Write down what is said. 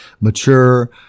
mature